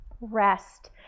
rest